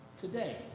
today